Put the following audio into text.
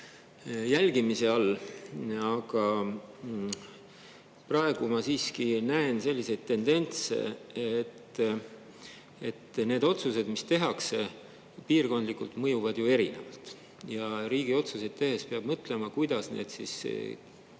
jälgimise all, aga praegu ma siiski näen selliseid tendentse, et need otsused, mis tehakse, piirkondlikult mõjuvad ju erinevalt. Riigi otsuseid tehes peab mõtlema, kuidas need